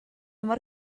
mor